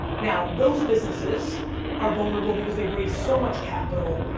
now, those businesses are vulnerable because they've raised so much capital,